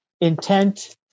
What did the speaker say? intent